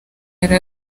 yari